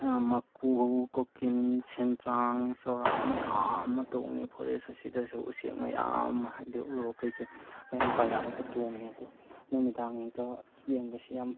ꯃꯥꯀꯨ ꯀꯣꯀꯤꯜ ꯁꯦꯟꯗ꯭ꯔꯥꯡ ꯆꯣꯔꯥ ꯃꯌꯥꯝ ꯑꯃ ꯇꯣꯡꯉꯦ ꯐꯣꯔꯦꯁ ꯑꯁꯤꯗꯁꯨ ꯎꯆꯦꯛ ꯃꯌꯥꯝ ꯍꯥꯏꯗꯤ ꯎꯔꯣꯛ ꯀꯩ ꯀꯩ ꯃꯌꯥꯝ ꯄꯥꯏꯔꯛꯑꯥꯒ ꯇꯣꯡꯉꯦ ꯑꯗꯣ ꯅꯨꯃꯤꯗꯥꯡꯗ ꯌꯦꯡꯕꯁꯤ ꯌꯥꯝ